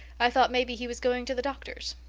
i thought maybe he was going to the doctor's.